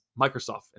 Microsoft